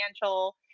financial